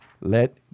let